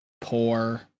poor